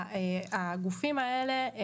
הגופים האלה,